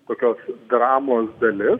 tokios dramos dalis